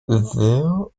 there